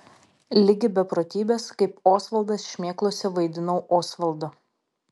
ligi beprotybės kaip osvaldas šmėklose vaidinau osvaldą